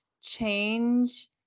change